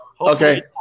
Okay